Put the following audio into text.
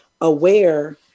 aware